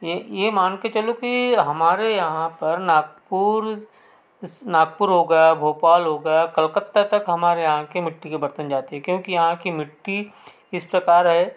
ये ये मानके चलो कि हमारे यहाँ पर नागपुर इस नागपुर हो गया भोपाल हो गया कलकत्ता तक हमारे यहाँ के मिट्टी के बर्तन जाते हैं क्योंकि यहाँ की मिट्टी इस प्रकार है